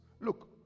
look